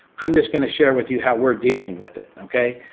i'm just going to share with you how we're dealing with it, okay?